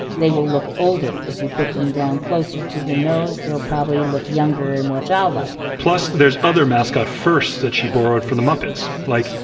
they will look older. if you put them down closer to the nose, they'll probably look younger and more childlike plus, there are other mascot firsts that she borrowed from the muppets. like,